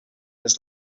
his